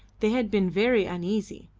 they had been very uneasy.